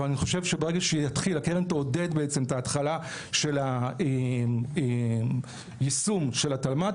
אבל אני חושב שברגע שהקרן בעצם תעודד את ההתחלה של היישום של התלמ"ת,